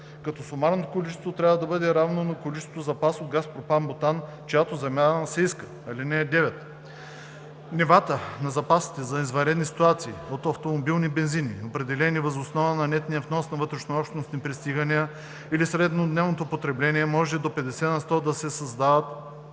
като сумарното количество трябва да бъде равно на количеството запас от газ пропан-бутан, чиято замяна се иска. (9) Нивата на запасите за извънредни ситуации от автомобилни бензини, определени въз основа на нетния внос и вътрешнообщностни пристигания или среднодневното потребление, може до 50 на сто да се създават